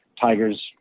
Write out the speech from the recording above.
tigers